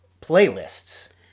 playlists